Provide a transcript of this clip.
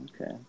Okay